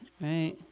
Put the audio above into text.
right